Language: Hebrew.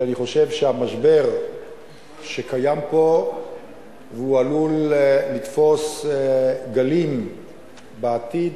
כי אני חושב שהמשבר שקיים פה ועלול לתפוס גלים בעתיד,